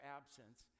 absence